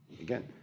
Again